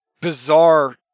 bizarre